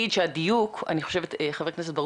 הזכרת 'עמיתים משפיעים'